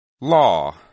Law